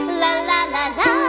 la-la-la-la